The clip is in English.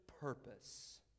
purpose